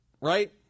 right